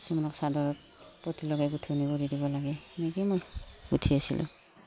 কিছুমানক চাদৰত পতি লগাই গোঁঠনি কৰি দিব লাগে সেনেকৈয়ে মই গোঁঠি আছিলোঁ